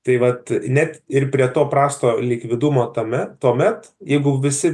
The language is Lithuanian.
tai vat net ir prie to prasto likvidumo tame tuomet jeigu visi